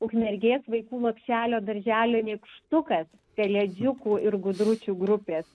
ukmergės vaikų lopšelio darželio nykštukas pelėdžiukų ir gudručių grupės